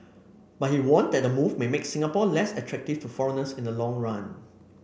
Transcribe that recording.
but he warned that the move may make Singapore less attractive to foreigners in the long run